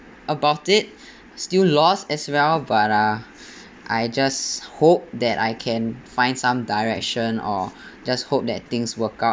about it still lost as well but uh I just hope that I can find some direction or just hope that things work out